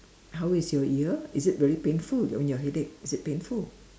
how is your ear is it very painful I mean your headache is it painful